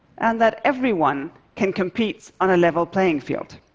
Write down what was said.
and that everyone can compete on a level playing field.